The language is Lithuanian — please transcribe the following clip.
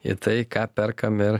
į tai ką perkame